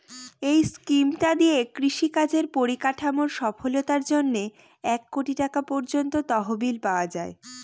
এই স্কিমটা দিয়ে কৃষি কাজের পরিকাঠামোর সফলতার জন্যে এক কোটি টাকা পর্যন্ত তহবিল পাওয়া যায়